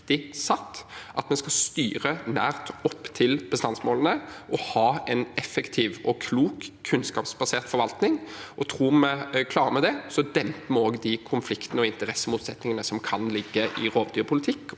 at vi skal styre nært opp til bestandsmålene og ha en effektiv og klok, kunnskapsbasert forvaltning. Klarer vi det, demper vi også de konfliktene og interessemotsetningene som kan ligge i rovdyrpolitikk